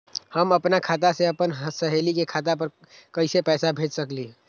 हम अपना खाता से अपन सहेली के खाता पर कइसे पैसा भेज सकली ह?